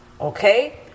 Okay